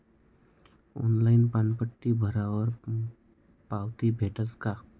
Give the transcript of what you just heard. Online पानपट्टी भरावर पावती भेटस का?